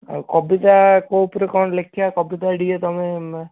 ଆଉ କବିତା କେଉଁ ଉପରେ କ'ଣ ଲେଖିବା କବିତା ଟିକେ ତୁମେ